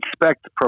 expect